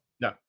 No